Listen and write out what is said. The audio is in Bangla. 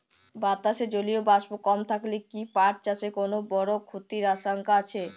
বাতাসে জলীয় বাষ্প কম থাকলে কি পাট চাষে কোনো বড় ক্ষতির আশঙ্কা আছে?